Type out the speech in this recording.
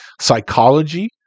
psychology